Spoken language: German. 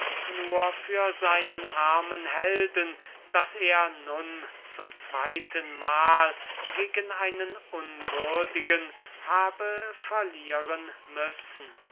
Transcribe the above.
nur für seinen armen helden daß er nun zum zweyten mahl gegen einen unwürdigen habe verlieren müssen